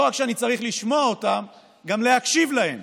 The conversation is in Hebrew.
לא רק שאני צריך לשמוע אותם, גם להקשיב להם,